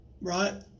right